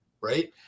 right